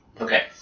Okay